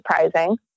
surprising